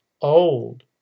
old